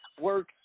work